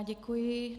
Děkuji.